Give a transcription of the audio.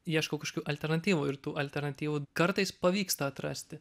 ieškau kažko alternatyvų ir tų alternatyvų kartais pavyksta atrasti